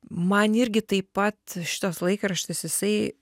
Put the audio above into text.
man irgi taip pat šitas laikraštis jisai